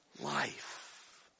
life